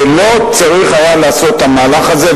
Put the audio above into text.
ולא צריך היה לעשות את המהלך הזה.